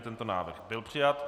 Tento návrh byl přijat.